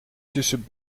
tussen